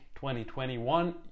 2021